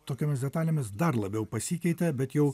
tokiomis detalėmis dar labiau pasikeitė bet jau